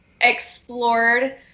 explored